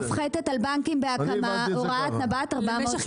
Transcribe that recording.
יש כבר היום רגולציה מופחתת על בנקים בהקמה,